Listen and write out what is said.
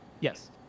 Yes